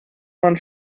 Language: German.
man